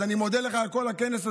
אז אני מודה לך על כל הכנס הזה.